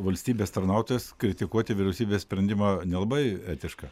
valstybės tarnautojas kritikuoti vyriausybės sprendimą nelabai etiška